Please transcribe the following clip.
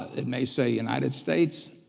it may say united states,